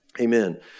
Amen